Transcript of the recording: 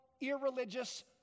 irreligious